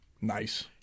Nice